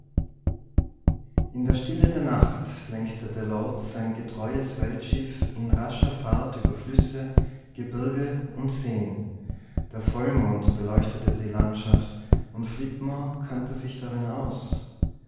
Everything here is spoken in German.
in der stille der nacht lenkte der lord sein getreues weltschiff in rascher fahrt über flüsse gebirge und seen der vollmond beleuchtete die landschaft und flitmore kannte sich darin aus